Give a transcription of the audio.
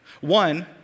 One